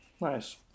Nice